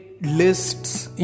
lists